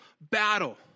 battle